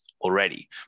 already